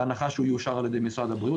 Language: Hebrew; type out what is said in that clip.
בהנחה שהוא יאושר על ידי משרד הבריאות,